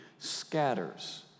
Scatters